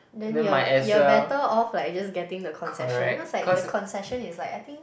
then you're you're better off like you just getting the concession cause like the concession is like I think